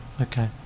okay